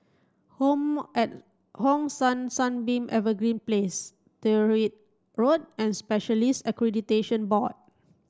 Home at Hong San Sunbeam Evergreen Place Tyrwhitt Road and Specialists Accreditation Board